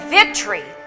victory